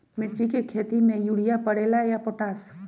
मिर्ची के खेती में यूरिया परेला या पोटाश?